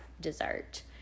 dessert